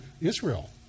Israel